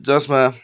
जसमा